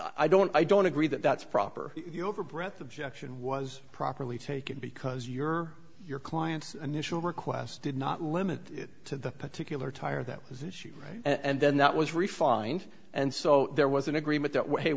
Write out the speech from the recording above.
i don't i don't agree that that's proper over breath objection was properly taken because your your client's initial request did not limit it to the particular tire that was issued right and then that was refined and so there was an agreement that way